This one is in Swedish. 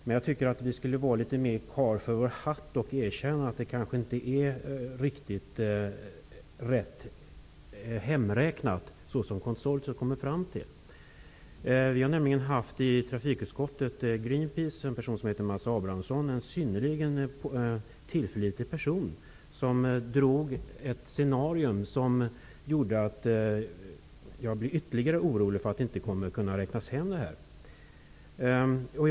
Men jag tycker att vi skulle vara litet mer karl för vår hatt och erkänna att det som konsortiet kommit fram till kanske inte är riktigt rätt uträknat. Greenpeace -- en synnerligen tillförlitlig person -- skissat ett scenario som gjorde mig ännu mer orolig för att detta inte kommer att gå ihop.